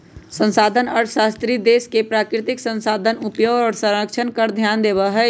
संसाधन अर्थशास्त्री देश के प्राकृतिक संसाधन के उपयोग और संरक्षण पर ध्यान देवा हई